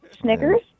Snickers